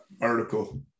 article